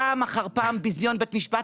פעם אחר פעם ביזיון בית משפט,